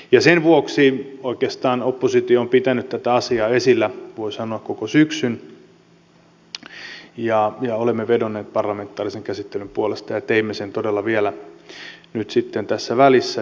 ja sen vuoksi oikeastaan oppositio on pitänyt tätä asiaa esillä voi sanoa koko syksyn ja olemme vedonneet parlamentaarisen käsittelyn puolesta ja teimme sen todella vielä nyt sitten tässä välissä